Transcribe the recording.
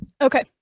Okay